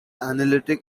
analytic